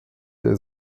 der